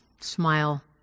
smile